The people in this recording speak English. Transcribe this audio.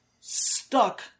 stuck